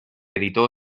editó